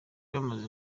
bamaze